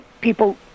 people